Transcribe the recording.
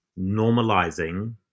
normalizing